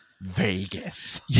Vegas